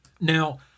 Now